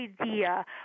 idea